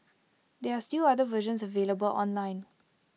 there are still other versions available online